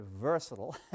versatile